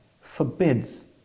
forbids